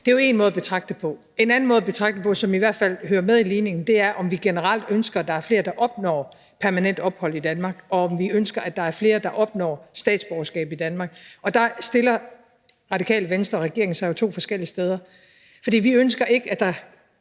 er det jo én måde at betragte det på. En anden måde at betragte det på, som i hvert fald hører med i ligningen, er, i forhold til om vi generelt ønsker, at der er flere, der opnår permanent ophold, og om vi ønsker, at der er flere, der opnår statsborgerskab i Danmark. Og der stiller Radikale Venstre og regeringen sig jo to forskellige steder. For vi ønsker ikke, at der